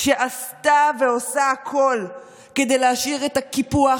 שעשתה ועושה הכול כדי להשאיר את הקיפוח,